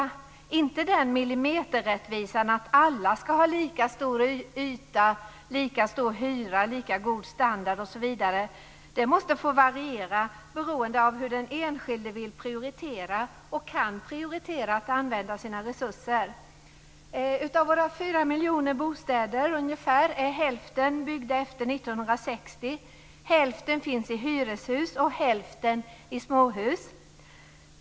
Men det är inte fråga om millimeterrättvisa att alla skall ha lika stor yta, lika stor hyra, lika god standard osv. Detta måste få variera beroende av hur den enskilde vill prioritera och kan prioritera att använda sina resurser. Av våra ungefär fyra miljoner bostäder är hälften byggda efter 1960. Hälften finns i hyreshus och hälften i småhus.